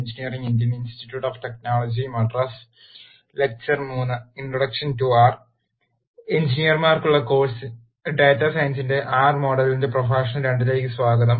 എഞ്ചിനീയർമാർക്കുള്ള course data സയൻസിന്റെ R മോഡലിലെ പ്രഭാഷണ 2 ലേക്ക് സ്വാഗതം